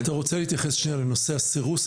אתה רוצה להתייחס לנושא הסירוס,